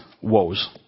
woes